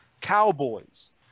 Cowboys